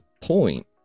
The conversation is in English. point